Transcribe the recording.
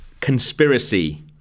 conspiracy